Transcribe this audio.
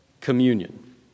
communion